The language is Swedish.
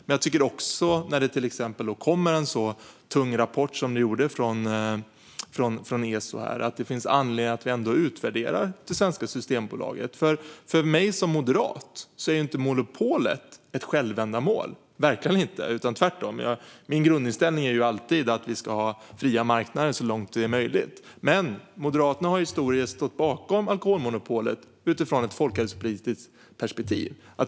Men när det till exempel kommer en så tung rapport som den som kom från ESO tycker jag att det ändå finns anledning att utvärdera det svenska systembolaget. För mig som moderat är nämligen inte monopolet ett självändamål - verkligen inte. Tvärtom är min grundinställning alltid att vi ska ha fria marknader så långt det är möjligt. Men Moderaterna har historiskt stått bakom alkoholmonopolet utifrån ett folkhälsopolitiskt perspektiv.